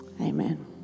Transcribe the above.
Amen